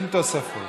עם תוספות.